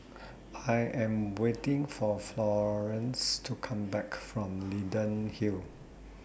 I Am waiting For Florance to Come Back from Leyden Hill